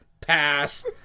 Pass